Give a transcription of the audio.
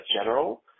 General